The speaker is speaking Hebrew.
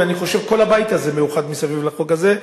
ואני חושב שכל הבית הזה מאוחד מסביב לחוק הזה.